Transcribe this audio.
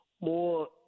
more